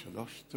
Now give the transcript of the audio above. שלוש?